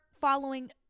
following